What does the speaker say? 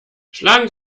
schlagen